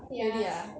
really ah